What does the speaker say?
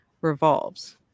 revolves